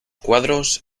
cuadrados